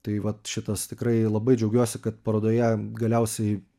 tai vat šitas tikrai labai džiaugiuosi kad parodoje galiausiai